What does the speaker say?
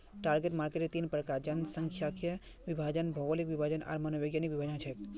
target मार्केटेर तीन प्रकार जनसांख्यिकीय विभाजन, भौगोलिक विभाजन आर मनोवैज्ञानिक विभाजन छेक